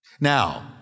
Now